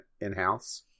in-house